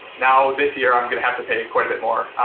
now, this year, i'm gonna have to pay quite a bit more.